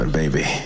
baby